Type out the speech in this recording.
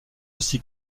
aussi